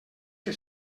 que